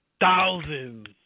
thousands